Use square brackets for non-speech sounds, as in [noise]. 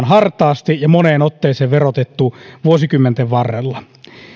[unintelligible] hartaasti ja moneen otteeseen verotettu vuosikymmenten varrella